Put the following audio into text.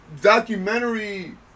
documentary